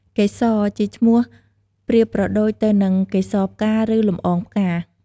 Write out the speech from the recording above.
កេសរ ជាឈ្មោះប្រៀបប្រដូចទៅនឹងកេសរផ្កា ឬលំអងផ្កា។